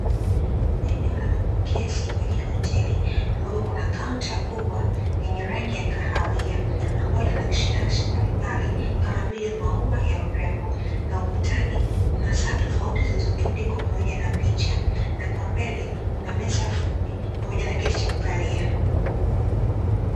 Eneo la mapokezi kwenye hoteli, ambapo kuna kaunta kubwa yenye rangi ya kahawia, ambayo ina nakshinakshi mbalimbali, kama vile maua ya urembo, na ukutani kuna saa tofauti zilizundikwa pamoja na picha, na kwa mbele kuna meza fupi pamoja na kiti cha kukalia.